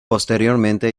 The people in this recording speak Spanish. posteriormente